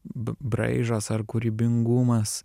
b braižas ar kūrybingumas